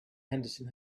henderson